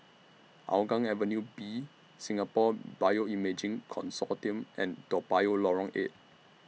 Hougang Avenue B Singapore Bioimaging Consortium and Toa Payoh Lorong eight